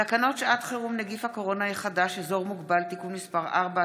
תקנות שעת חירום (נגיף הקורונה החדש) (אזור מוגבל) (תיקון מס' 4),